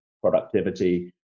productivity